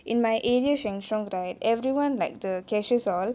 in my area's Sheng Siong right everyone like the cashiers all